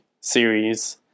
series